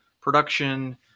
production